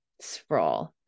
sprawl